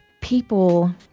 people